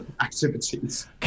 activities